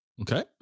Okay